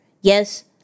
yes